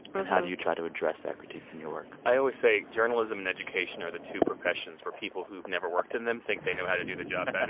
and how do you try to address that critique in your work? i always say journalism and education are the two professions where people who've never worked in them think they know how to do the job better